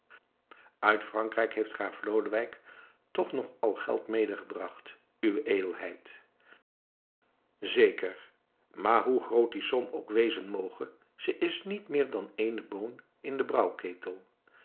uit frankrijk heeft graaf lodewijk toch nog al geld medegebracht uwe edelheid zeker maar hoe groot die som ook wezen moge ze is niet meer dan eene boon in